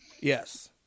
Yes